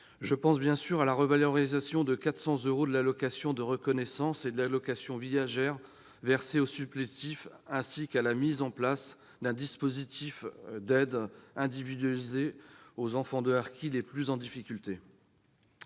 Je pense bien sûr à la revalorisation de 400 euros de l'allocation de reconnaissance et de l'allocation viagère versées aux supplétifs, ainsi qu'à la mise en place d'un dispositif d'aide individualisé aux enfants de harkis les plus en difficulté.